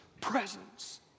presence